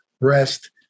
rest